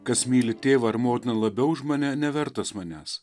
kas myli tėvą ar motiną labiau už mane nevertas manęs